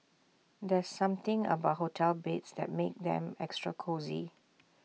there's something about hotel beds that makes them extra cosy